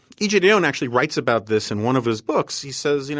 ej dionne actually writes about this in one of his books. he says, you know